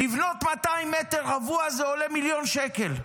לבנות 200 מטר רבוע זה עולה מיליון שקל,